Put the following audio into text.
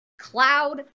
cloud